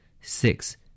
Six